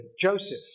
Joseph